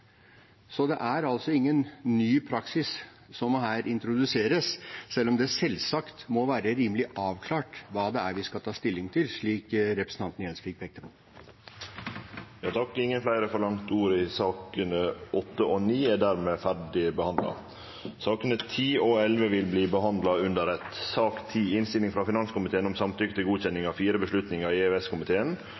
Det er altså ingen ny praksis som her introduseres, selv om det selvsagt må være rimelig avklart hva det er vi skal ta stilling til, slik representanten Gjelsvik pekte på. Fleire har ikkje bedt om ordet til sakene nr. 8 og 9. Etter ønske frå finanskomiteen vil sakene nr. 10 og 11 verte behandla under eitt. Etter ønske frå finanskomiteen vil presidenten ordne debatten slik: 3 minutt til